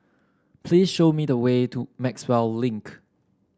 please show me the way to Maxwell Link